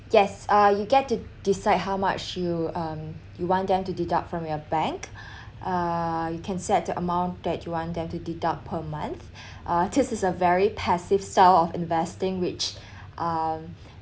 yes uh you get to decide how much you um you want them to deduct from your bank uh you can set the amount that you want them to deduct per month uh this is a very passive style of investing which um